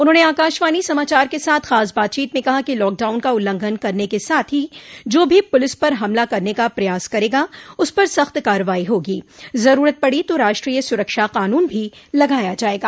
उन्होंने आकाशवाणी समाचार के साथ खास बातचीत में कहा कि लॉकडाउन का उल्लंघन करने के साथ ही जो भी पुलिस पर हमला करने का प्रयास करेगा उस पर सख्त कार्रवाई होगी जरूरत पड़ी ता राष्ट्रीय सुरक्षा कानून भी लगाया जायेगा